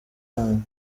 yanyu